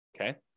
Okay